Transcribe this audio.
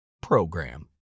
program